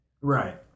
Right